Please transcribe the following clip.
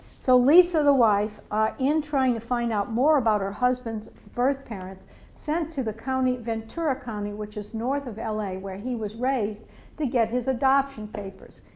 so lisa the wife ah in trying to find out more about her husband's birth parents sent to the county, ventura county, which is north of la where he was raised to get his adoption papers.